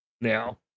now